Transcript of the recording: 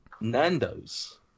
Nando's